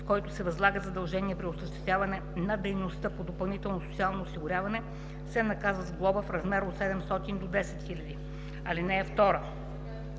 с които се възлагат задължения при осъществяването на дейността по допълнително социално осигуряване, се наказва с глоба в размер от 700 до 10 000 лв.